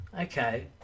okay